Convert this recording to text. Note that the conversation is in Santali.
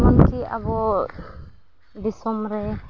ᱡᱮᱢᱚᱱ ᱠᱤ ᱟᱵᱚ ᱫᱤᱥᱚᱢᱨᱮ